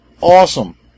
awesome